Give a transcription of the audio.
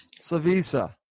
Savisa